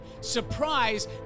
surprise